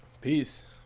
Peace